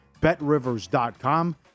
betrivers.com